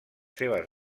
seves